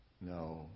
No